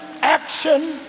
action